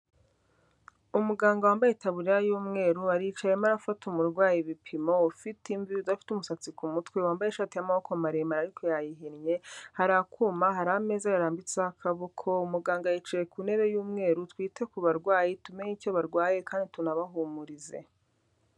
Umuganga wambaye itaburiya y'umweru, aricaye arimo arafata umurwayi ibipimo, ufite imvi, udafite umusatsi ku mutwe, wambaye ishati y'amaboko maremare ariko yayihinnye, hari akuma, hari ameza yarambitse akaboko, muganga yicaye ku ntebe y'umweru, twite ku barwayi, tumenye icyo barwaye, kandi tunabahumurize.